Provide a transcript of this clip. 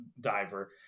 diver